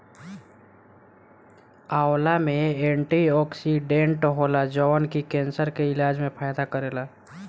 आंवला में एंटीओक्सिडेंट होला जवन की केंसर के इलाज में फायदा करेला